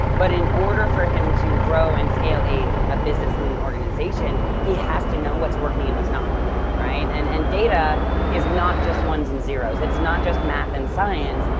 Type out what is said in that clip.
but in order for him to grow and scale a ah business and an organization, he has to know what's working and what's not working, right? and and data is not just ones and zeros. it's not just math and science.